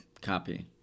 copy